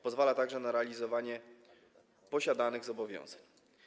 Pozwala także na realizowanie posiadanych zobowiązań.